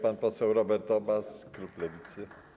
Pan poseł Robert Obaz, klub Lewicy.